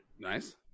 Nice